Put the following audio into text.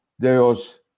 Deus